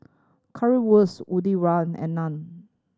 Currywurst Medu Van and Naan